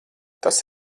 tas